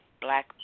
black